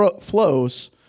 flows